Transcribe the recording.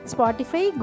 Spotify